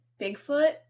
Bigfoot